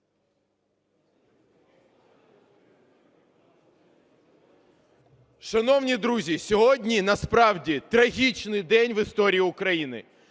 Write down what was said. Шановні друзі, сьогодні насправді трагічний день в історії України: